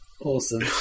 Awesome